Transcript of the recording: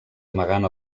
amagant